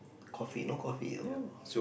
coffee no coffee oh